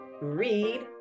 read